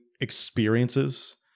experiences